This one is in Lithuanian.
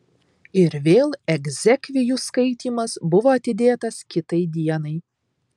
ir vėl egzekvijų skaitymas buvo atidėtas kitai dienai